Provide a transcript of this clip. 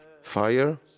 fire